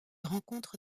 rencontre